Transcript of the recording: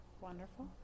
Wonderful